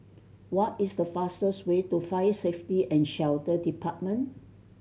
what is the fastest way to Fire Safety And Shelter Department